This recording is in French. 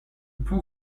plan